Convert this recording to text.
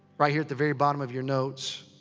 right here at the very bottom of your notes,